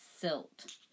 silt